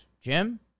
Jim